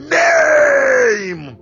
name